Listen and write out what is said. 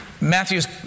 Matthew's